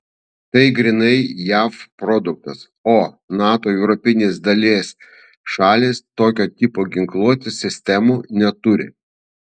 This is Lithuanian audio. tai grynai jav produktas o nato europinės dalies šalys tokio tipo ginkluotės sistemų neturi